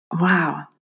Wow